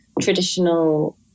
traditional